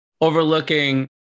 overlooking